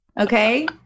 okay